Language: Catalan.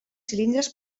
cilindres